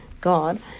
God